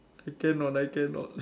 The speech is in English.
I cannot I cannot